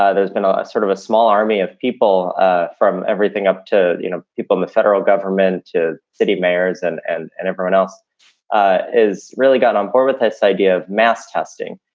ah there's been a sort of a small army of people ah from everything up to you know people in the federal government to city mayors and and and everyone else ah is really got on board with this idea of mass testing,